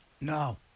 No